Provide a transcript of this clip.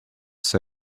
say